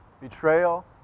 Betrayal